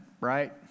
right